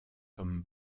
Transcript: comme